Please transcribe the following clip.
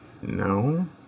No